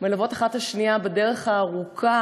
מלוות אחת את השנייה בדרך הארוכה,